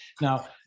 Now